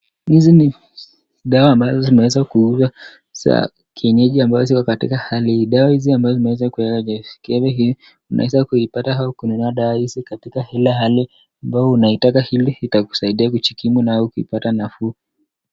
Hizi ni dawa ambazo zimeweza kuuzwa za kienyeji ambazo ziko katika hali hii, dawa hizi ambazo zimeweza kuwekwa katika mikebe hii, unaweza kuipata au kununua dawa hizi katika ile hali ambayo unaitaka ili itakusaidia kujikimu nayo ukipata nafuu.